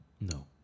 No